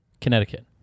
Connecticut